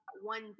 one